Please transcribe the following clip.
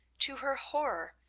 to her horror,